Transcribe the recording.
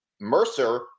Mercer